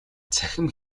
цахим